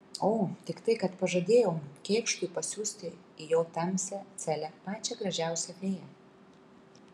o tik tai kad pažadėjau kėkštui pasiųsti į jo tamsią celę pačią gražiausią fėją